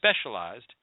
specialized